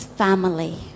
family